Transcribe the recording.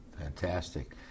Fantastic